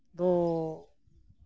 ᱫᱚ